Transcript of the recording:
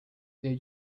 they